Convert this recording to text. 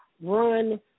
run